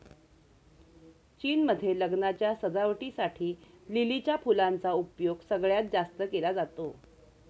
चीन मध्ये लग्नाच्या सजावटी साठी लिलीच्या फुलांचा उपयोग सगळ्यात जास्त केला जातो